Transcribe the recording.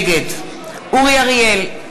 נגד אורי אריאל,